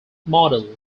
model